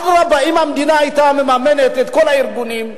אדרבה, אם המדינה היתה מממנת את כל הארגונים,